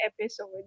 episode